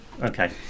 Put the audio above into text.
Okay